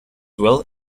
well